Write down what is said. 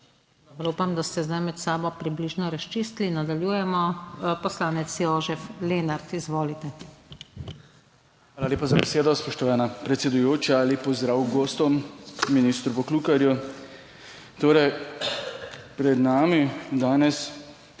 Hvala lepa za besedo, spoštovana predsedujoča. Lep pozdrav gostom, ministru Poklukarju! Torej, pred nami danes